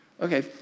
okay